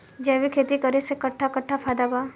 जैविक खेती करे से कट्ठा कट्ठा फायदा बा?